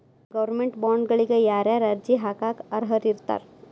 Government ಬಾಂಡ್ಗಳಿಗ ಯಾರ್ಯಾರ ಅರ್ಜಿ ಹಾಕಾಕ ಅರ್ಹರಿರ್ತಾರ?